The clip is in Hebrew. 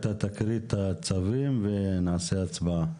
אתה תקריא את הצווים ונעשה הצבעה.